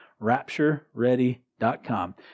raptureready.com